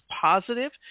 positive